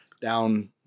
down